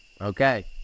Okay